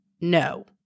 no